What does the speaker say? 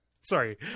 Sorry